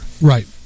right